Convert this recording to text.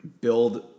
build